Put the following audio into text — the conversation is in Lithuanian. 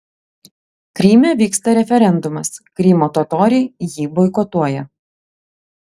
kryme vyksta referendumas krymo totoriai jį boikotuoja